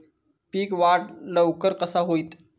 पीक वाढ लवकर कसा होईत?